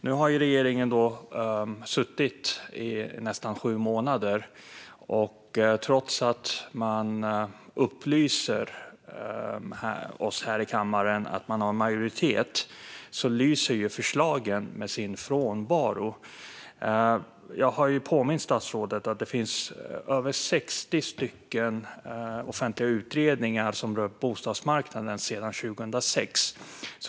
Nu har regeringen suttit i nästan sju månader, och trots att man upplyser oss här i kammaren om att man har majoritet lyser förslagen med sin frånvaro. Jag har påmint statsrådet om att det gjorts över 60 offentliga utredningar rörande bostadsmarknaden sedan 2006.